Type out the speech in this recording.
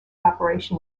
operation